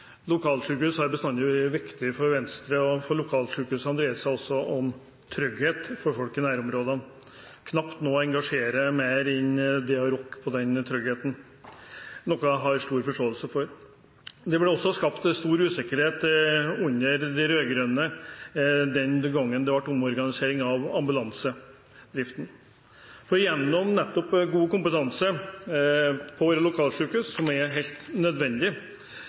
har bestandig vært viktig for Venstre, for lokalsykehusene dreier seg også om trygghet for folk i nærområdene. Knapt noe engasjerer mer enn det å rokke ved den tryggheten, noe jeg har stor forståelse for. Det ble også skapt stor usikkerhet under de rød-grønne den gangen det ble omorganisering av ambulansedriften. God kompetanse på våre lokalsykehus er helt nødvendig.